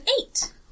eight